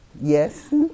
Yes